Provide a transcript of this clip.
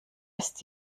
ist